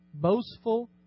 boastful